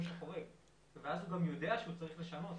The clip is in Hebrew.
החורג ואז הוא גם יודע שהוא צריך לשנות.